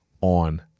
on